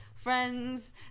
Friends